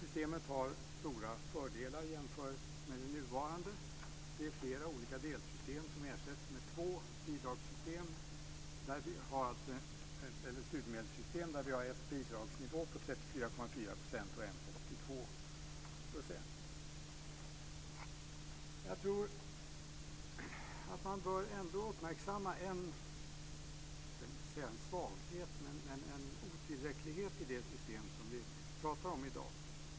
Systemet har stora fördelar i jämförelse med det nuvarande. Flera olika delsystem ersätts med två bidragssystem med en bidragsnivå på 34,4 % och en bidragsnivå på 82 %. Man bör ändå uppmärksamma om inte en svaghet så ändå en otillräcklighet i det system som vi talar om i dag.